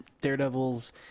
daredevil's